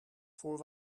voor